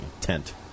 tent